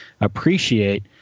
appreciate